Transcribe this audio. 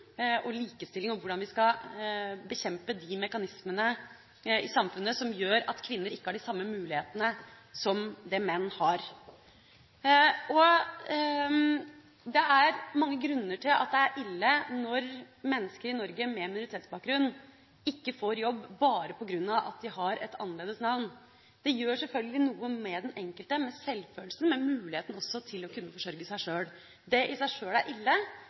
og likestilling, og hvordan vi skal bekjempe de mekanismene i samfunnet som gjør at kvinner ikke har de samme mulighetene som menn har. Det er mange grunner til at det er ille når mennesker i Norge med minoritetsbakgrunn ikke får jobb, bare på grunn av at de har et annerledes navn. Det gjør selvfølgelig noe med den enkeltes selvfølelse – og med muligheten for å kunne forsørge seg sjøl. Det er i seg sjøl ille,